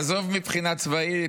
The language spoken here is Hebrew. עזוב מבחינה צבאית,